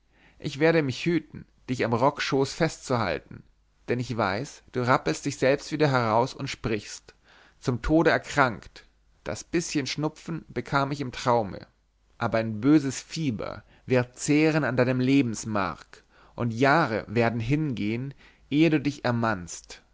ich werde mich hüten dich am rockschoß festzuhalten denn ich weiß du rappelst dich selbst wieder heraus und sprichst zum tode erkrankt das bißchen schnupfen bekam ich im traume aber ein böses fieber wird zehren an deinem lebensmark und jahre werden hingehen ehe du dich ermannst